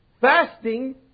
Fasting